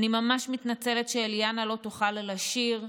אני ממש מתנצלת שאליענה לא תוכל לשיר.